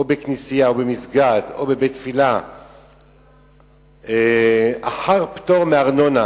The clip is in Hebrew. בכנסייה, במסגד או בבית-תפילה אחר פטור מארנונה